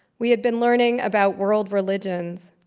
we had been learning about world religions,